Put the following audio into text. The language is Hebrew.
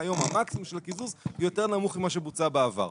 המקסימום של הקיזוז שיתבצע הוא יותר נמוך ממה שבוצע בעבר.